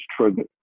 trigger